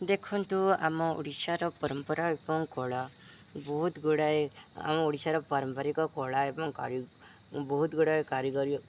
ଦେଖନ୍ତୁ ଆମ ଓଡ଼ିଶାର ପରମ୍ପରା ଏବଂ କଳା ବହୁତ ଗୁଡ଼ାଏ ଆମ ଓଡ଼ିଶାର ପାରମ୍ପାରିକ କଳା ଏବଂ ବହୁତ ଗୁଡ଼ାଏ କାରିଗରୀ